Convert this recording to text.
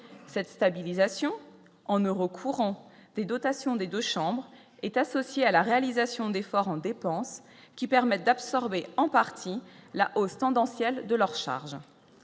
cette stabilisation en euros courants des dotations des 2 chambres est associée à la réalisation d'efforts en dépenses qui permettent d'absorber en partie la hausse tendancielle de leur charge